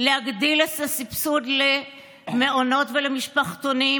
ולהגדיל את הסבסוד למעונות ולמשפחתונים.